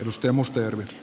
mustia äänestysselityksiä